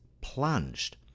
plunged